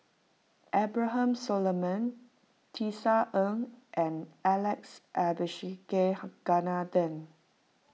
Abraham Solomon Tisa Ng and Alex Abisheganaden